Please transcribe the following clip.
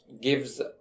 gives